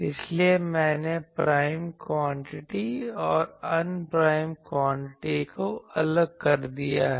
इसलिए मैंने prime quantity और अनप्राइम क्वांटिटी को अलग कर दिया है